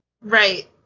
Right